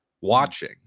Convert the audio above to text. watching